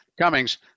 Cummings